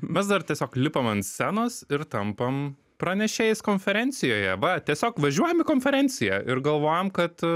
mes dar tiesiog lipam ant scenos ir tampam pranešėjais konferencijoje va tiesiog važiuojam į konferenciją ir galvojam kad